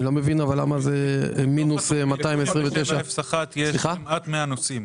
אני לא מבין למה זה מינוס 229. בתוכנית 67-01 יש כמעט מאה נושאים.